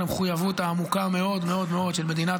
על המחויבות העמוקה מאוד מאוד של מדינת